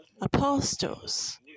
apostles